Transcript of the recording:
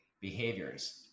behaviors